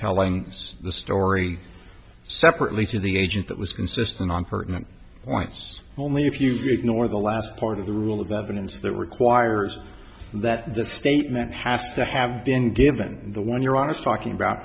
telling the story separately to the agent that was consistent on pertinent points only if you ignore the last part of the rule of evidence that requires that the statement has to have been given and the one you're honest talking about